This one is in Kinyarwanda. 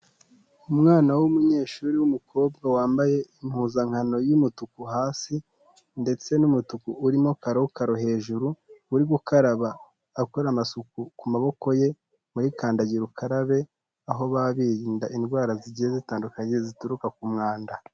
Umwana w'umunyeshuri w'umukobwa wambaye impuzankano y'umutuku hasi, ndetse n'umutuku urimo karokaro hejuru, uri gukaraba akora amasuku ku maboko ye, kuri kandagira ukarabe, aho baba birinda indwara zigiye zitandukanye zituruka ku mwanda.